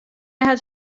hat